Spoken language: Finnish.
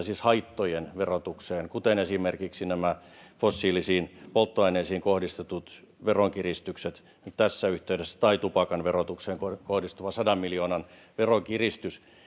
siis haittojen verotukseen kuten esimerkiksi nämä fossiilisiin polttoaineisiin kohdistetut veronkiristykset tässä yhteydessä ja tupakan verotukseen kohdistuva sadan miljoonan veronkiristys